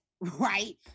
Right